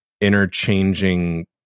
interchanging